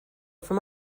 from